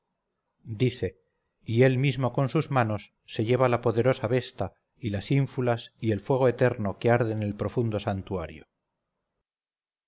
dice y él mismo con sus manos se lleva la poderosa vesta y las ínfulas y el eterno fuego que arde en el profundo santuario